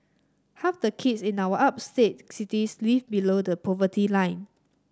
half the kids in our upstate cities live below the poverty line